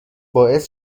باعث